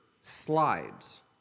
slides